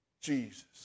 Jesus